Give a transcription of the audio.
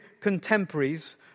contemporaries